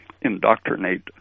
indoctrinate